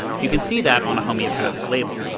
you can see that on a homeopathic label.